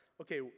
okay